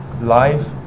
life